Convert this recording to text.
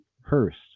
Hurst